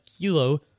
Kilo